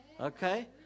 Okay